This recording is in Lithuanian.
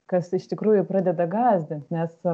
kas iš tikrųjų pradeda gąsdint nes